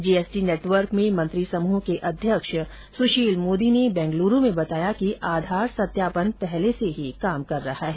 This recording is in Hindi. जीएसटी नेटवर्क में मंत्री समूह के अध्यक्ष सुशील मोदी ने बैंगलुरू में बताया कि आधार सत्यापन पहले से ही काम कर रहा है